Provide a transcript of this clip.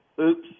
oops